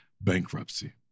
bankruptcy